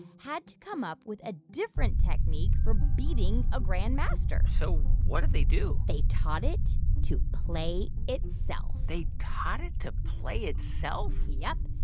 had to come up with a different technique for beating a grandmaster so what did they do? they taught it to play itself they taught it to play itself? yep.